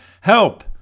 Help